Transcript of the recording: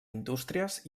indústries